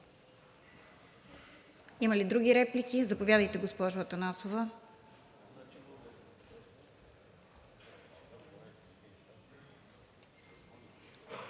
Има ли други реплики? Заповядайте, госпожо Атанасова.